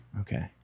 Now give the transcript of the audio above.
Okay